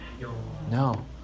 No